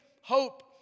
hope